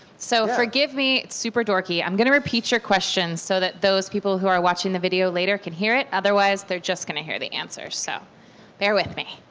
so forgive me, super dorky, i'm going to repeat your question so that those people who are watching the video later can hear it, otherwise they're just going to hear the answers. so bear with me.